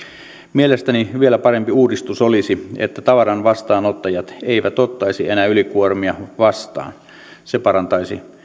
mielestäni vielä parempi uudistus olisi että tavaran vastaanottajat eivät ottaisi enää ylikuormia vastaan se parantaisi